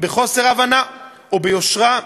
בחוסר הבנה, או ביושרה.